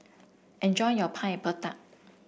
enjoy your Pineapple Tart